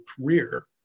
career